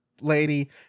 lady